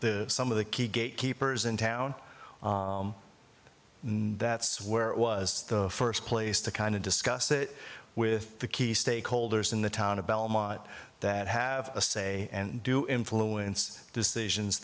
the some of the key gate keepers in town and that's where i was the first place to kind of discuss it with the key stakeholders in the town of belmont that have a say and do influence decisions